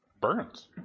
Burns